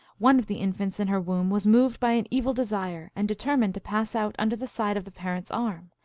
one of the infants in her womb was moved by an evil desire, and determined to pass out under the side of the parent s arm,